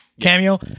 cameo